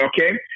Okay